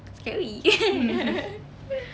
scary